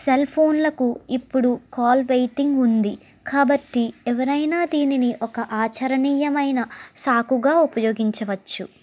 cell ఫోన్లకు ఇప్పుడు call waiting ఉంది కాబట్టి ఎవరైనా దీనిని ఒక ఆచరణీయమైన సాకుగా ఉపయోగించవచ్చు